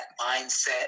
mindset